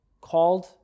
called